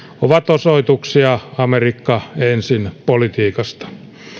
ovat osoituksia amerikka ensin politiikasta